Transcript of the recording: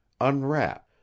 unwrap